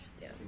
Yes